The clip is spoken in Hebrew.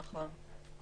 נכון.